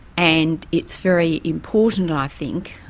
and it's very important, i think,